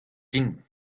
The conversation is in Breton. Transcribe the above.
din